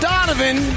Donovan